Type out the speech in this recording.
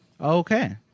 Okay